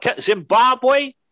Zimbabwe